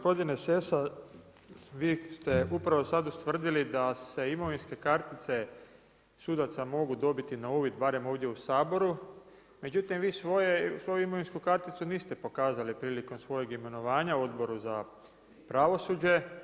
Gospodine Sessa vi ste upravo sada ustvrdili da se imovinske kartice sudaca mogu dobiti na uvid barem ovdje u Saboru, međutim ti svoju imovinsku karticu niste pokazali prilikom svojeg imenovanja Odboru za pravosuđe.